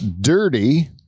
dirty